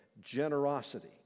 generosity